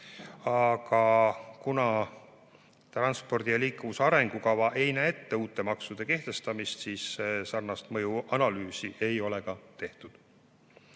Aga kuna transpordi ja liikuvuse arengukava ei näe ette uute maksude kehtestamist, siis sarnast mõjuanalüüsi ei ole tehtud.